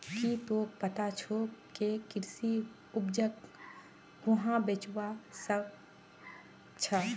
की तोक पता छोक के कृषि उपजक कुहाँ बेचवा स ख छ